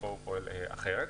הוא פועל אחרת.